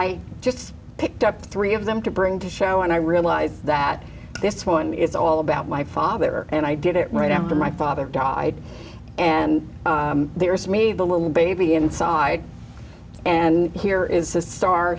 i just picked up three of them to bring to show and i realized that this one is all about my father and i did it right after my father died and there is me the little baby inside and here is a st